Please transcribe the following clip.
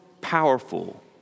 powerful